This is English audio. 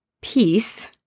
peace